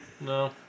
no